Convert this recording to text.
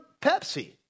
Pepsi